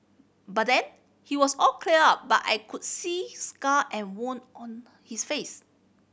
by then he was all clear up but I could still see scar and wound on his face